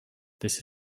this